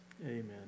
amen